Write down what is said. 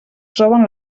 troben